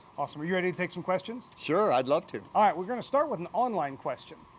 awesome, are you ready to take some questions? sure, i'd love to. all right, we're gonna start with an online question.